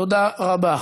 תודה רבה.